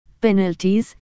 penalties